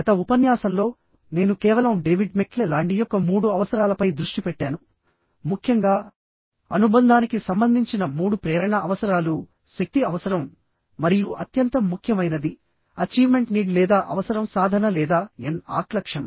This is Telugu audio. గత ఉపన్యాసంలో నేను కేవలం డేవిడ్ మెక్క్లె David McClelland s లాండి యొక్క 3 అవసరాలపై దృష్టి పెట్టాను ముఖ్యంగాఅనుబంధానికి సంబంధించిన మూడు ప్రేరణ అవసరాలు శక్తి అవసరం మరియు అత్యంత ముఖ్యమైనది అచీవ్మెంట్ నీడ్ లేదా అవసరం సాధన లేదా ఎన్ ఆక్ లక్షణం